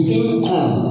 income